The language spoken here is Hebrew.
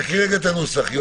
כמו גורמים נוספים,